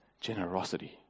generosity